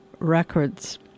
records